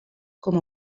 com